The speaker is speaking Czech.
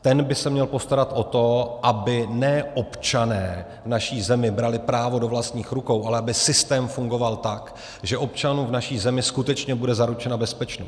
Ten by se měl postarat o to, aby ne občané v naší zemi brali právo do vlastních rukou, ale aby systém fungoval tak, že občanům v naší zemí skutečně bude zaručena bezpečnost.